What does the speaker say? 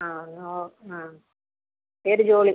ആ ഓ ആ ഏത് ജോളി